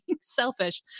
selfish